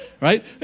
right